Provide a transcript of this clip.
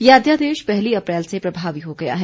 यह अध्यादेश पहली अप्रैल से प्रभावी हो गया है